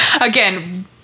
Again